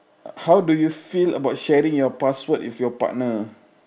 how do you feel about sharing your password with your partner